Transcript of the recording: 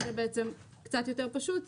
שזה קצת יותר פשוט,